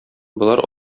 болар